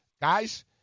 Guys